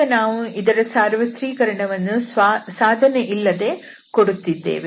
ಈಗ ನಾವು ಇದರ ಸಾರ್ವತ್ರೀಕರಣವನ್ನು ಸಾಧನೆ ಇಲ್ಲದೆ ಕೊಡುತ್ತಿದ್ದೇವೆ